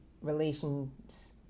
relations